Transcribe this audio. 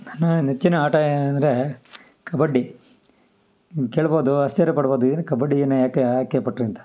ನನ್ನ ನೆಚ್ಚಿನ ಆಟ ಏನಂದರೆ ಕಬಡ್ಡಿ ಇನ್ನು ಕೇಳ್ಬೋದು ಆಶ್ಚರ್ಯ ಪಡ್ಬೋದು ಏನಕ್ಕೆ ಕಬಡ್ಡಿ ಯಾಕೆ ಆಯ್ಕೆ ಪಟ್ರಿ ಅಂತ